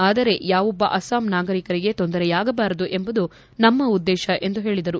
ಆದರೆ ಯಾವೊಬ್ಬ ಅಸ್ಲಾಂ ನಾಗರಿಕರಿಗೆ ತೊಂದರೆಯಾಗಬಾರದು ಎಂಬ ನಮ್ನ ಉದ್ದೇತ ಎಂದು ಹೇಳಿದರು